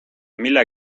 mille